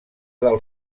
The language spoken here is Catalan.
del